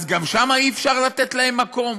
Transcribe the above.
אז גם שם אי-אפשר לתת להם מקום?